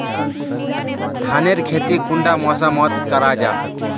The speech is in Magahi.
धानेर खेती कुंडा मौसम मोत करा जा?